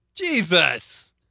Jesus